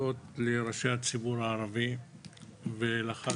לראשי הציבור הערבי וגם לך,